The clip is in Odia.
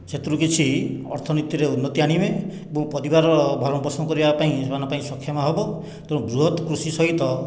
ସେଥିରୁ କିଛି ଅର୍ଥନୀତିରେ ଉନ୍ନତି ଆଣିବେ ଏବଂ ପରିବାରର ଭରଣପୋଷଣ କରିବା ପାଇଁ ସେମାନଙ୍କ ପାଇଁ ସକ୍ଷମ ହେବ ତେଣୁ ବୃହତ କୃଷି ସହିତ